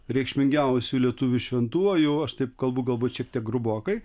reikšmingiausiu lietuvių šventuoju aš taip kalbu galbūt šiek tiek grubokai